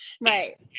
Right